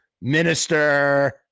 Minister